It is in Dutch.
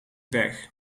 pech